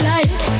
Light